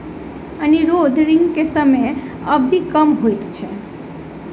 अनुरोध ऋण के समय अवधि कम होइत अछि